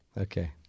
Okay